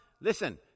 listen